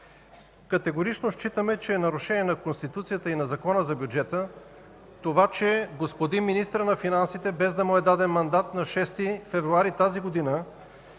категорично считаме, че е нарушение на Конституцията и на Закона за бюджета това, че господин министърът на финансите, без да му е даден мандат, на 6 февруари тази година